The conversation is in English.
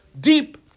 deep